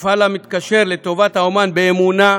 יפעל המתקשר לטובת האמן באמונה,